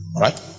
right